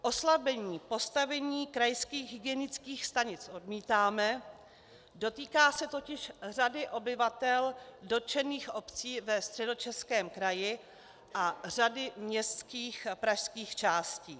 Oslabení postavení krajských hygienických stanic odmítáme, dotýká se totiž řady obyvatel dotčených obcí ve Středočeském kraji a řady městských pražských částí.